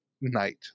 night